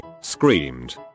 screamed